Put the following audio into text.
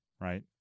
Right